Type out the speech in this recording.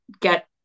get